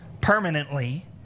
permanently